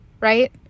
right